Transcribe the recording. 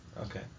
Okay